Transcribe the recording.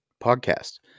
podcast